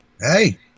hey